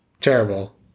terrible